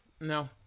No